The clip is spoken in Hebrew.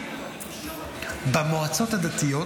במועצות הדתיות,